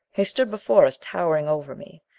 he stood before us, towering over me.